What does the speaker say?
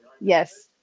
Yes